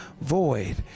Void